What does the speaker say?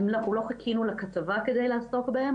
אנחנו לא חיכינו לכתבה כדי לעסוק בהן,